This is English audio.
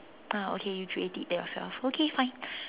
ah okay you create it yourself okay fine